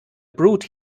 brute